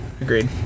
Agreed